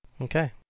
Okay